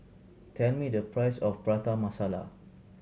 tell me the price of Prata Masala